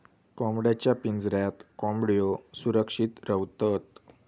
कोंबड्यांच्या पिंजऱ्यात कोंबड्यो सुरक्षित रव्हतत